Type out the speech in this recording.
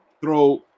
throw